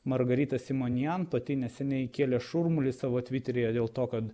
margarita simonjan pati neseniai kėlė šurmulį savo tviteryje dėl to kad